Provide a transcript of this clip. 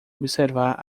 observar